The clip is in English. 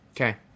Okay